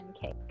Cake